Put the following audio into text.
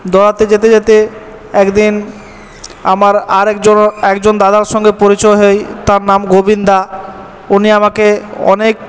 দৌড়াতে যেতে যেতে একদিন আমার আর একজনও একজন দাদা র সঙ্গে পরিচয় হয় তার নাম গোবিন্দা উনি আমাকে অনেক